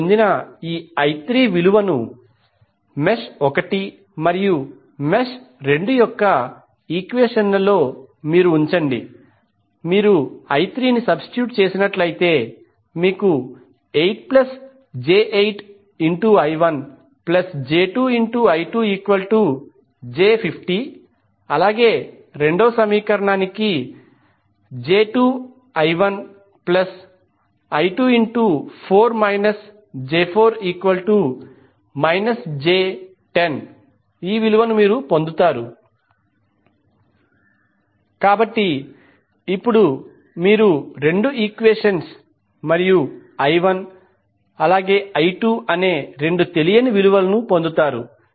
మీరు పొందిన I3 విలువను మెష్ 1 మరియు 2 యొక్క ఈక్వెషన్ లలో మీరు ఉంచండి 8j8I1j2I2j50 j2I14 j4I2 j10 కాబట్టి ఇప్పుడు మీరు రెండు ఈక్వెషన్స్ మరియు I1 మరియు I2 అనే రెండు తెలియని విలువలను పొందుతారు